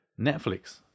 Netflix